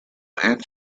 and